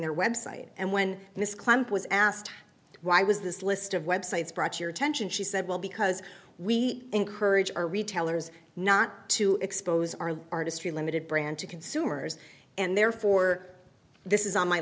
their website and when miss clump was asked why was this list of websites brought your attention she said well because we encourage our retailers not to expose our artistry limited brand to consumers and therefore this is on my